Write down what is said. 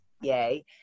Yay